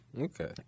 Okay